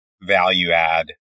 value-add